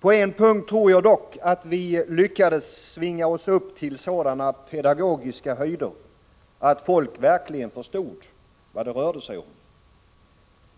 På en punkt tror jag dock, att vi lyckades svinga oss upp till sådana pedagogiska höjder att folk verkligen förstod vad det rörde sig om.